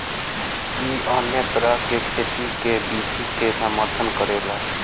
इ अन्य तरह के खेती के विधि के समर्थन करेला